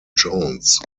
jones